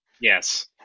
Yes